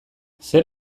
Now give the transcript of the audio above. zer